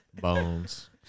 bones